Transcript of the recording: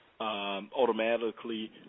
automatically